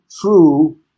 true